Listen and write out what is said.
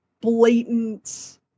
blatant